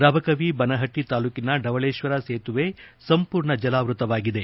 ರಬಕವಿ ಬನಹಟ್ನ ತಾಲೂಕಿನ ಢವಳೇತ್ವರ ಸೇತುವೆ ಸಂಪೂರ್ಣ ಜಲಾವ್ಯತವಾಗಿದೆ